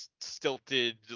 stilted